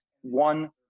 one